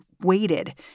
waited